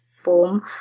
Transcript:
form